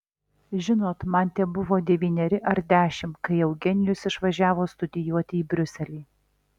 žinot man tebuvo devyneri ar dešimt kai eugenijus išvažiavo studijuoti į briuselį